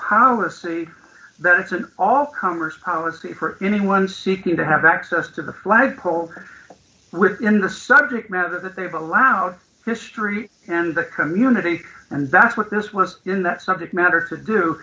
policy that isn't all comers policy for anyone seeking to have access to the flagpole within the subject matter that they've allowed history and the community and that's what this was in that subject matter to do